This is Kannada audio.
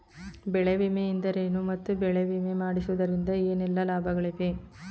ಬೆಳೆ ವಿಮೆ ಎಂದರೇನು ಮತ್ತು ಬೆಳೆ ವಿಮೆ ಮಾಡಿಸುವುದರಿಂದ ಏನೆಲ್ಲಾ ಲಾಭಗಳಿವೆ?